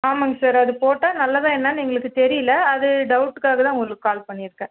ஆமாங்க சார் அது போட்டால் நல்லதா என்னன்னு எங்களுக்கு தெரியல அது டவுட்டுக்காக தான் உங்களுக்கு கால் பண்ணியிருக்கேன்